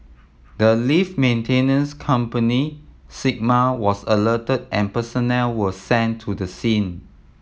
the lift maintenance company Sigma was alerted and personnel were sent to the scene